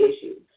issues